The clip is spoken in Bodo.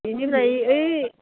बेनिफ्राय ओइ